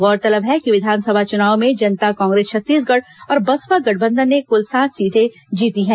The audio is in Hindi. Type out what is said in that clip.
गौरतलब है कि विधानसभा चुनाव में जनता कांग्रेस छत्तीसगढ़ और बसपा गठबंधन ने कुल सात सीटें जीती हैं